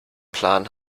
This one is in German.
plan